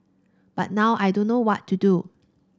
but now I don't know what to do